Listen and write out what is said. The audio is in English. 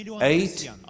eight